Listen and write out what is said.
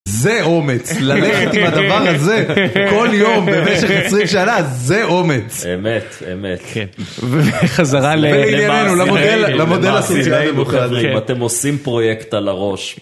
זה אומץ, ללכת עם הדבר הזה כל יום במשך חצי שנה, זה אומץ. אמת, אמת. כן. וחזרה לברסיאל, לברסיאל, חברים, אתם עושים פרויקט על הראש.